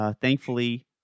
Thankfully